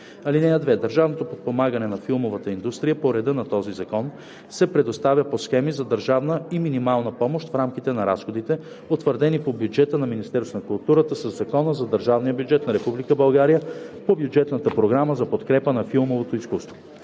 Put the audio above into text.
(2) Държавното подпомагане на филмовата индустрия по реда на този закон се предоставя по схеми за държавна и минимална помощ в рамките на разходите, утвърдени по бюджета на Министерството на културата със закона за държавния бюджет на Република България по бюджетната програма за подкрепа на филмовото изкуство.